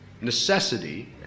necessity